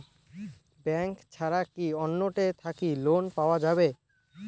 Bank ছাড়া কি অন্য টে থাকি ঋণ পাওয়া যাবে?